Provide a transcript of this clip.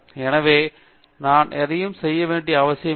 எனவே நான் எதையும் செய்ய வேண்டிய அவசியமில்லை